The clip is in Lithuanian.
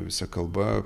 visa kalba